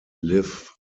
live